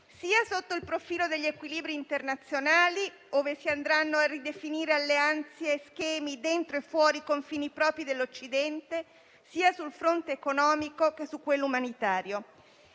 sotto il profilo degli equilibri internazionali ove si andranno a ridefinire alleanze e schemi dentro e fuori i confini i propri dell'Occidente, sul fronte sia economico che umanitario.